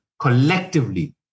collectively